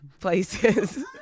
places